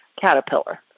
Caterpillar